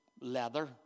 leather